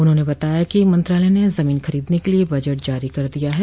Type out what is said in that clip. उन्होंने बताया कि मंत्रालय ने जमीन खरीदने के लिये बजट जारी कर दिया है